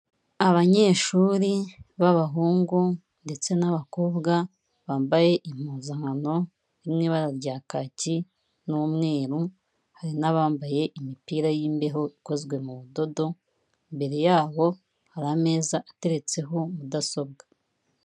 Abanyeshuri b'abahungu ndetse n'abakobwa bambaye impuzankano iri mu ibara rya kaki n'umweru, hari n'abambaye imipira y'imbeho ikozwe mu budodo, imbere yaho hari ameza ateretseho mudasobwa.